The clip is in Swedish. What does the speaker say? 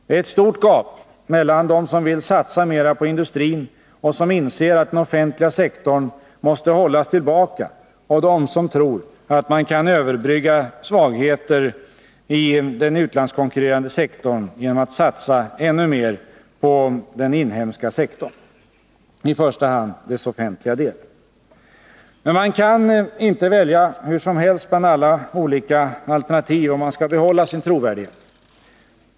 Det är ett stort gap mellan dem som vill satsa mera på industrin och som inser att den offentliga sektorn måste hållas tillbaka och dem som tror att man kan överbrygga svagheter i den utlandskonkurrerande sektorn genom att satsa ännu mer på den inhemska sektorn, i första hand dess offentliga del. Men man kan inte välja hur som helst bland olika alternativ om man skall behålla sin trovärdighet.